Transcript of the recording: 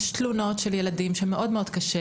יש תלונות של ילדים שמאוד מאוד קשה